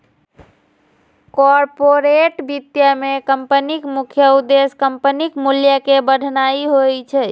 corporate वित्त मे कंपनीक मुख्य उद्देश्य कंपनीक मूल्य कें बढ़ेनाय होइ छै